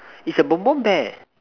is a bom bom bear